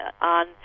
on